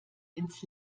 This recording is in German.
ins